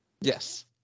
Yes